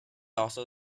also